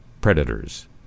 predators